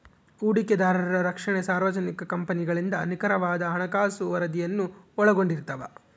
ಹೂಡಿಕೆದಾರರ ರಕ್ಷಣೆ ಸಾರ್ವಜನಿಕ ಕಂಪನಿಗಳಿಂದ ನಿಖರವಾದ ಹಣಕಾಸು ವರದಿಯನ್ನು ಒಳಗೊಂಡಿರ್ತವ